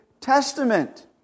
Testament